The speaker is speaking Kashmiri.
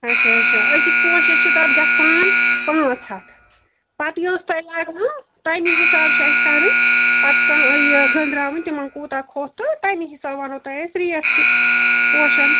اچھا اچھا أکِس پوشَس چھِ تَتھ گَژھان پانٛژھ ہتھ پتہٕ یٔژ تۄہہِ لگنٔو تَمے حِساب چھِ اسہِ کَرٕنۍ پتہٕ کانٛہہ یہِ گٔنٛزراوٕنۍ تِمن کوٗتاہ کھوٚت تہٕ تَمے حِساب وَنو تۄہہِ أسۍ ریٹ تہِ پوشن